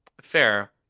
fair